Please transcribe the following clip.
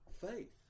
faith